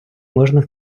можна